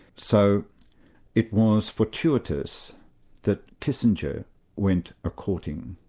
so it was fortuitous that kissinger went a-courting,